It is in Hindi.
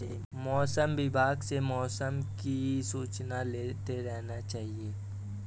मौसम विभाग से मौसम की सूचना लेते रहना चाहिये?